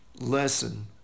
lesson